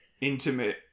intimate